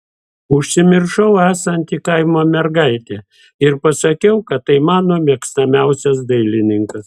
užsimiršau esanti kaimo mergaitė ir pasakiau kad tai mano mėgstamiausias dailininkas